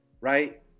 right